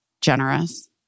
generous